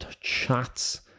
chats